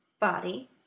Body